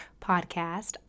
podcast